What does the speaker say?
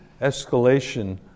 escalation